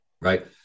right